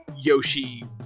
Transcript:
Yoshi